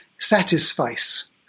satisfice